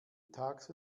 tags